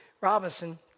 Robinson